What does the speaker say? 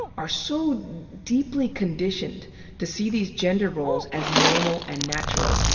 are so deeply conditioned to see these gender roles as normal and natural,